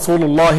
בשפה הערבית)